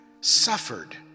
suffered